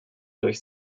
durch